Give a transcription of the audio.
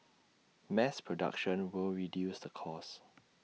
mass production will reduce the cost